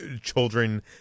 children